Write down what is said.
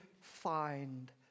find